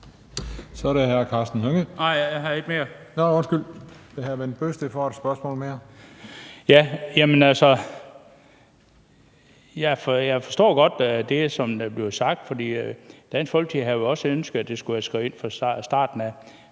Jeg forstår godt det, som der bliver sagt, for Dansk Folkeparti havde jo ønsket, at det skulle være skrevet ind fra starten,